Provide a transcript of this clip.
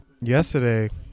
yesterday